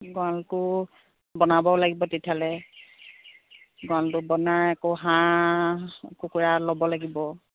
গঁৰালটো বনাব লাগিব তিতিয়াহ'লে গঁৰালটো বনাই আকৌ হাঁহ কুকুৰা ল'ব লাগিব